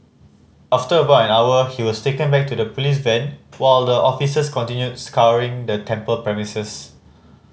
after about an hour he was taken back to the police van while the officers continued scouring the temple premises